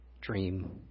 Dream